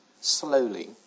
slowly